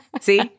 See